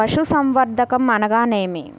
పశుసంవర్ధకం అనగానేమి?